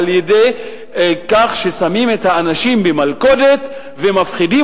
על-ידי כך ששמים את האנשים במלכודת ומפחידים